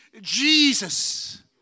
Jesus